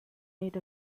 eight